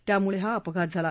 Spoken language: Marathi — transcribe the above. त्यामुळे हा अपघात झाला